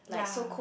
yeah